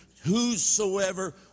whosoever